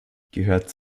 gehört